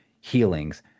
healings